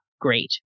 great